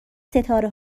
ستاره